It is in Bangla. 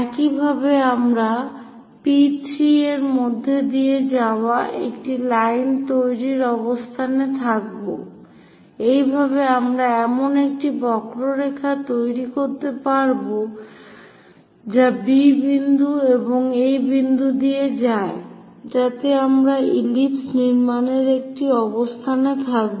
একইভাবে আমরা P3 এর মধ্য দিয়ে যাওয়া একটি লাইন তৈরির অবস্থানে থাকব এইভাবে আমরা এমন একটি বক্ররেখা তৈরি করতে পারব যা B বিন্দু এবং এই বিন্দু দিয়ে যায় যাতে আমরা ইলিপস নির্মাণের একটি অবস্থান এ থাকব